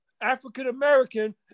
African-American